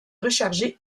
recharger